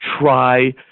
try